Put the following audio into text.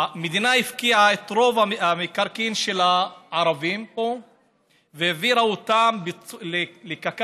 המדינה הפקיעה את רוב המקרקעין של הערבים פה והעבירה אותם לקק"ל,